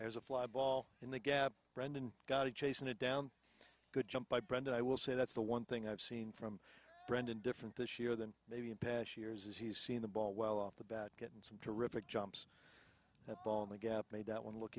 as a fly ball in the gap brendan got to chasten it down good jump by brendan i will say that's the one thing i've seen from brendan different this year than maybe in past years as he's seen the ball well off the bat getting some terrific jumps the ball in the gap made that one look